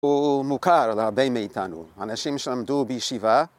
הוא מוכר להרבה מאיתנו, אנשים שלמדו בישיבה.